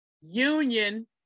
Union